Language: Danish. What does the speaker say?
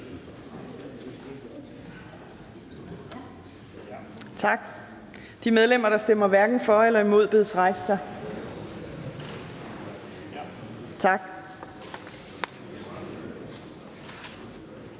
Tak. De medlemmer, der stemmer hverken for eller imod, bedes rejse sig. Tak.